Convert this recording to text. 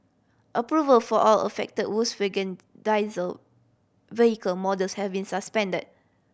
approval for all affected Volkswagen diesel vehicle models have been suspended